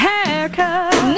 Haircut